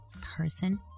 person